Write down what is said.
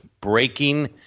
breaking